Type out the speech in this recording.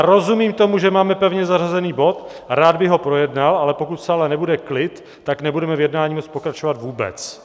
Rozumím tomu, že máme pevně zařazený bod, a rád bych ho projednal, ale pokud v sále nebude klid, tak nebudeme v jednání moct pokračovat vůbec.